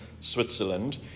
Switzerland